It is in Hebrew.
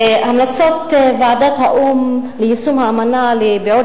המלצות ועדת האו"ם ליישום האמנה לביעור